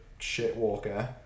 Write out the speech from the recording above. Shitwalker